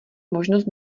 možnost